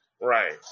Right